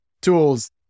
tools